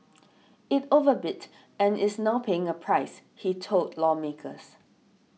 it overbid and is now paying a price he told lawmakers